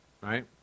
right